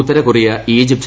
ഉത്തരകൊറിയ Egypt